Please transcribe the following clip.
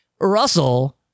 Russell